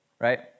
right